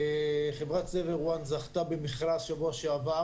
חברת Saver One זכתה במכרז בשבוע שעבר